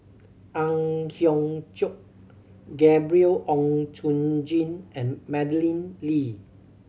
Ang Hiong Chiok Gabriel Oon Chong Jin and Madeleine Lee